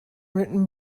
written